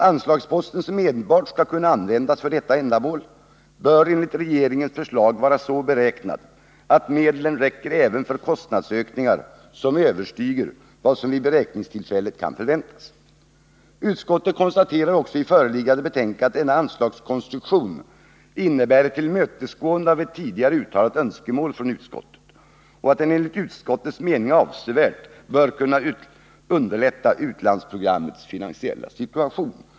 Anslagsposten, som enbart skall kunna användas för detta ändamål, bör enligt regeringens förslag vara så beräknad att medlen räcker även för kostnadsökningar som överstiger vad som vid beräkningstillfället kan förväntas. Utskottet konstaterar i föreliggande betänkande att denna anslagskonstruktion innebär ett tillmötesgående av ett tidigare uttalat önskemål från utskottet och att den enligt utskottets mening avsevärt bör kunna underlätta utlandsprogrammets finansiella situation.